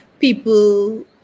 people